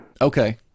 Okay